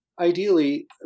Ideally